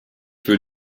für